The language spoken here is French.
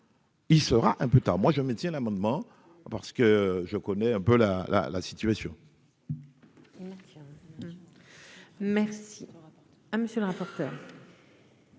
Il sera un peu tard, moi je maintiens l'amendement parce que je connais un peu la la la, situation.